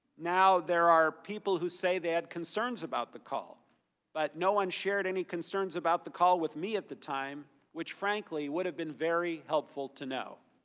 now there are people who say they had concerns about the call but no one shared any concerns about the call with me at the time which, frankly would have been very helpful to know.